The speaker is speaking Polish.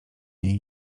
niej